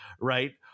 right